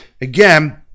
again